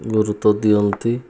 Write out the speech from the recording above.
ଗୁରୁତ୍ୱ ଦିଅନ୍ତି